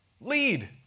Lead